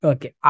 Okay